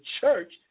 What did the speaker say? church